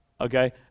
Okay